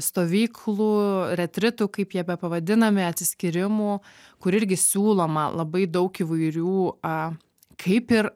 stovyklų retritų kaip jie bepavadinami atsiskyrimų kur irgi siūloma labai daug įvairių a kaip ir